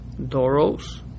Doros